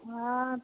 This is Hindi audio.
हाँ